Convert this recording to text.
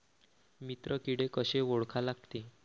मित्र किडे कशे ओळखा लागते?